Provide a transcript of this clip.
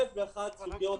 1,001 סוגיות.